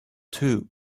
too